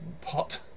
pot